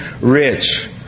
rich